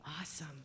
Awesome